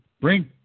bring